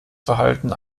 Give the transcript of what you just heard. verhalten